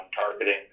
targeting